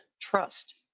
trust